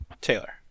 taylor